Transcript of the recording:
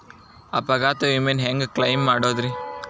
ಅಪಘಾತ ವಿಮೆನ ಹ್ಯಾಂಗ್ ಕ್ಲೈಂ ಮಾಡೋದ್ರಿ?